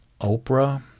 Oprah